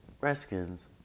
Redskins